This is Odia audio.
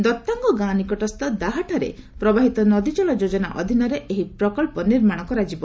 ଦତାଙ୍ଗ ଗାଁ ନିକଟସ୍ଥ ଦାହ୍ଠାରେ ପ୍ରବାହିତ ନଦୀକଳ ଯୋଜନା ଅଧୀନରେ ଏହି ପ୍ରକ୍ସ ନିର୍ମାଣ କରାଯିବ